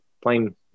plain